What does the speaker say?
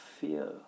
fear